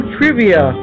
Trivia